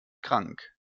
krank